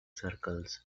circles